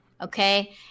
okay